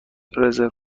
رزرو